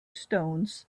stones